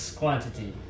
quantity